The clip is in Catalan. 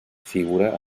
figura